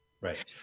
right